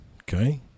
okay